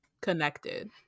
Connected